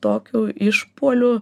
tokiu išpuoliu